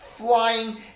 Flying